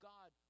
God